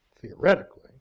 theoretically